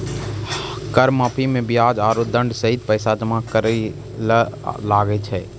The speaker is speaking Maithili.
कर माफी मे बियाज आरो दंड सहित पैसा जमा करे ले लागै छै